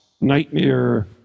nightmare